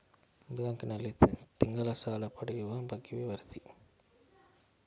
Bank ನಲ್ಲಿ ತಿಂಗಳ ಸಾಲ ಪಡೆಯುವ ಬಗ್ಗೆ ವಿವರಿಸಿ?